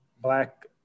black